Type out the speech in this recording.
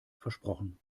versprochen